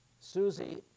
Susie